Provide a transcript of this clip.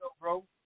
bro